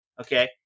Okay